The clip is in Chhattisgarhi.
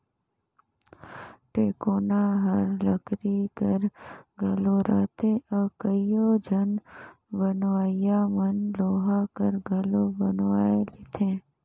टेकोना हर लकरी कर घलो रहथे अउ कइयो झन बनवइया मन लोहा कर घलो बनवाए लेथे